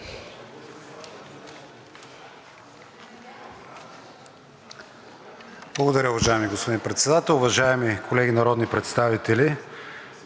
(ГЕРБ-СДС): Уважаеми господин Председател, уважаеми колеги народни представители,